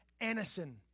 anison